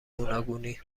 گوناگونی